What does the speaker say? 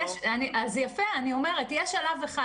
אני אומרת שזה שלב אחד,